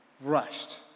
rushed